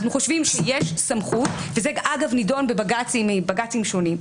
אנחנו חושבים שיש סמכות וזה אגב נידון בבג"צים שונים,